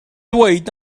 ddweud